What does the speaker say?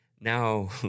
Now